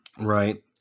Right